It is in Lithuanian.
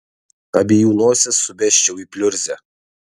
abiejų nosis subesčiau į pliurzę